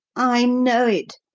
i know it.